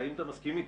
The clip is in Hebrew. היית מסכים איתי,